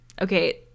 okay